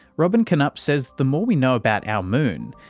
robin canup says the more we know about our moon,